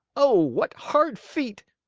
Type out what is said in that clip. oh, what hard feet!